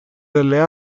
delle